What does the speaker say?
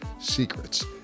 secrets